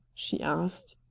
she asked.